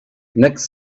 next